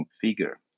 figure